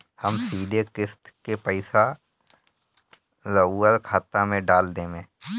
हम सीधे किस्त के पइसा राउर खाता में डाल देम?